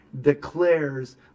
declares